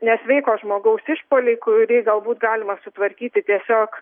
nesveiko žmogaus išpuolį kurį galbūt galima sutvarkyti tiesiog